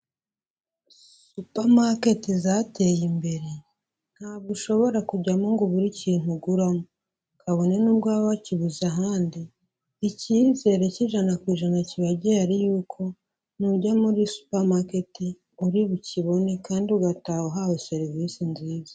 Supermarket zateye imbere, ntabwo ushobora kujyamo ngo ubure ikintu uguramo, kabone n'ubwo waba wakibuze ahandi, icyizere cy'ijana ku ijana kiba gihari yuko nujya muri supermarket uri bukibone kandi ugataha uhawe serivisi nziza.